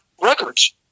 records